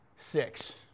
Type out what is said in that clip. Six